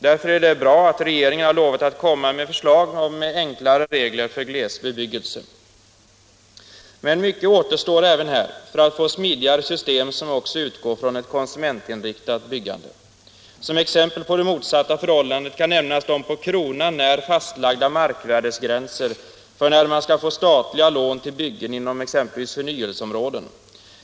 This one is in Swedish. Därför är det bra att regeringen har lovat att komma med förslag om enklare regler för glesbebyggelse. Men mycket återstår även här för att få smidigare system som också utgår från ett konsumentinriktat byggande. Som exempel på det motsatta förhållandet kan nämnas de på kronan när fastlagda markvärdesgränserna för när man skall få statliga lån till byggen inom förnyelseområden.